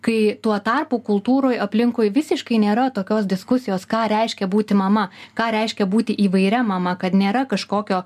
kai tuo tarpu kultūroj aplinkui visiškai nėra tokios diskusijos ką reiškia būti mama ką reiškia būti įvairia mama kad nėra kažkokio